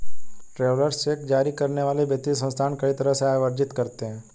travellers cheque जारी करने वाले वित्तीय संस्थान कई तरह से आय अर्जित करते हैं